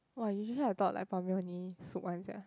!wah! usually I thought like prawn noodle only soup one sia